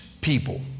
people